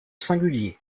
singulier